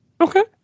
Okay